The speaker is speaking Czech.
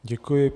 Děkuji.